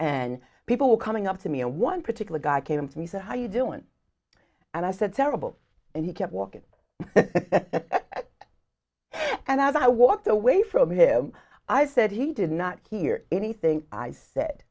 and people coming up to me a one particular guy came for me said how you doing and i said terrible and he kept walking and as i walked away from him i said he did not hear anything i said